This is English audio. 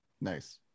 Nice